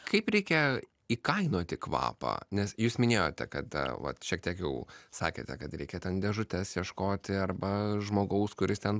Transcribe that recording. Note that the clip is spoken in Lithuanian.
kaip reikia įkainoti kvapą nes jūs minėjote kad va šiek tiek jau sakėte kad reikia ten dėžutes ieškoti arba žmogaus kuris ten